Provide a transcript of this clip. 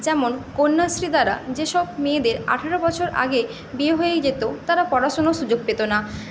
যেমন কন্যাশ্রী দ্বারা যেসব মেয়েদের আঠেরো বছর আগে বিয়ে হয়ে যেত তারা পড়াশুনোর সুযোগ পেত না